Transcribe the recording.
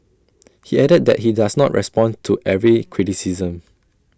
he added that he does not respond to every criticism